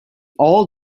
all